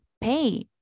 pay